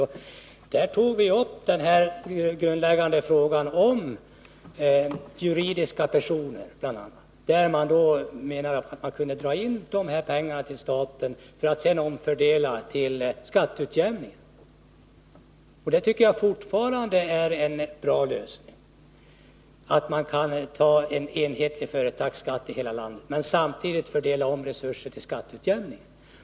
I den tog vi upp bl.a. den grundläggande frågan om juridiska personer, där vi menar att man kunde dra in pengar till staten för att sedan omfördela de pengarna till skatteutjämning. Jag tycker fortfarande att det är en bra lösning att ha en enhetlig företagsskatt i hela landet och samtidigt omfördela resurser till skatteutjämning.